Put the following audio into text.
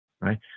Right